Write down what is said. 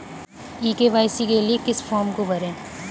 ई KYC के लिए किस फ्रॉम को भरें?